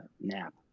nap